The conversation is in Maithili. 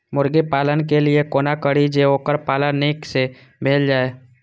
मुर्गी पालन के लिए केना करी जे वोकर पालन नीक से भेल जाय?